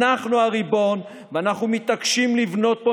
אנחנו הריבון ואנחנו מתעקשים לבנות פה